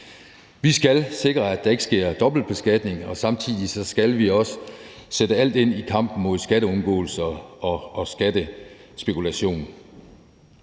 Vi skal sikre, at der ikke sker dobbeltbeskatning, og samtidig skal vi også sætte alt ind i kampen mod skatteundgåelse og skattespekulation.